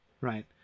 right